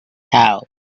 house